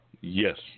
Yes